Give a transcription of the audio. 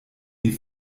die